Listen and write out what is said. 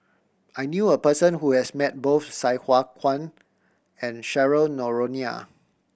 I knew a person who has met both Sai Hua Kuan and Cheryl Noronha